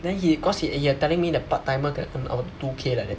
then he cause he he uh telling me the part timer can earn about two K like that